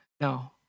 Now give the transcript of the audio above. no